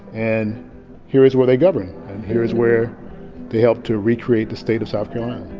and here is where they governed. and here is where they helped to recreate the state of south carolina.